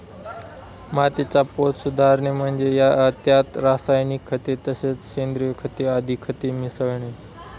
मातीचा पोत सुधारणे म्हणजे त्यात रासायनिक खते तसेच सेंद्रिय खते आदी खते मिसळणे